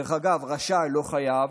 דרך אגב, רשאי, לא חייב,